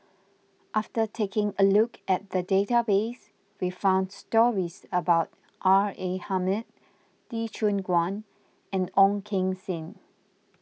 after taking a look at the database we found stories about R A Hamid Lee Choon Guan and Ong Keng Sen